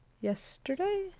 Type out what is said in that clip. yesterday